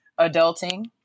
adulting